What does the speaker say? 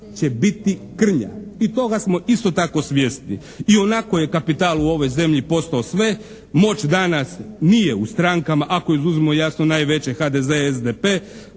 će biti krnja i toga smo isto tako svjesni. Ionako je kapital u ovoj zemlji postao sve. Moć danas nije u strankama ako izuzmemo jasno najveće HDZ, SDP